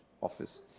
office